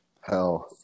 Hell